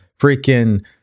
freaking